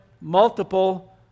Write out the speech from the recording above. multiple